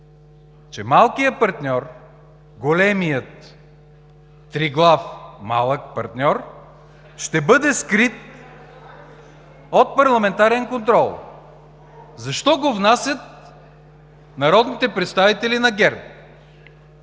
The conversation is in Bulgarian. че малкият партньор – големият триглав малък партньор, ще бъде скрит (оживление в ГЕРБ) от парламентарен контрол. Защо го внасят народните представители на ГЕРБ?